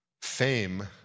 fame